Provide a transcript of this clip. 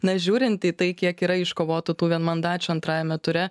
nes žiūrint į tai kiek yra iškovotų tų vienmandačių antrajame ture